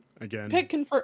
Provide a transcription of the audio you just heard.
Again